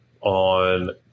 on